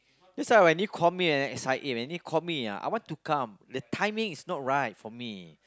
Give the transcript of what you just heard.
that's why when they call me at S_I_A man they call me ah I want to come the timing is not right for me